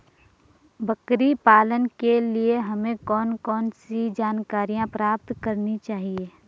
बकरी पालन के लिए हमें कौन कौन सी जानकारियां प्राप्त करनी चाहिए?